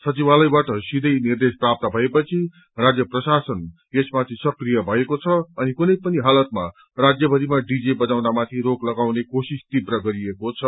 सचिवालयबाट सीवै निर्देश प्राप्त भएपछि राज्य प्रशासन यसमाथि सकिय भएको छ अनि कुनै पनि हालतमा राज्यभरिमौ डीजे बजाउनमाथि रोक लगाउने कोशिश तीव्र गरिएको छ